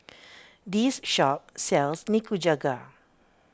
this shop sells Nikujaga